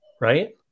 right